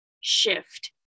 shift